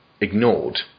ignored